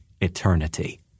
eternity